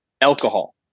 alcohol